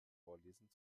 vorlesen